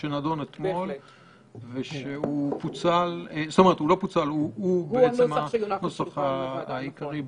הוא לא פוצל, הוא הנוסח העיקרי.